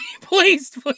please